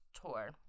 tour